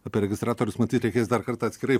apie registratorius matyt reikės dar kartą atskirai